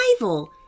arrival